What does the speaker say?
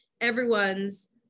everyone's